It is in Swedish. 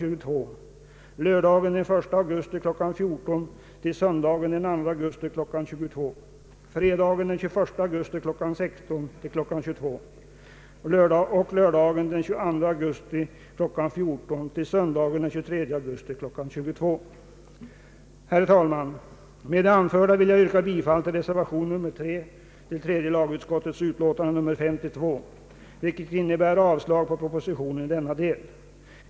Med det anförda vill jag yrka bifall till reservation III vid tredje lagutskottets utlåtande nr 52, vilket innebär avslag på propositionen i denna del.